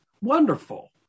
wonderful